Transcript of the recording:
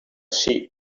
sheep